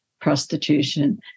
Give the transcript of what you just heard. prostitution